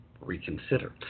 reconsider